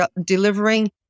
delivering